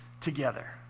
together